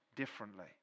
differently